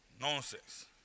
Nonsense